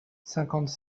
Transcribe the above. cinquante